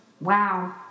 wow